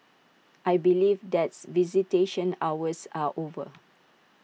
I believe that's visitation hours are over